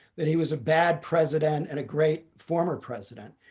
that he was a bad president and a great former president.